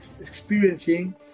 experiencing